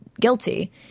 guilty